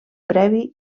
previ